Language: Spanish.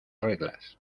reglas